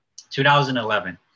2011